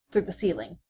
through the ceiling.